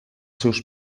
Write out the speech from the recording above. seus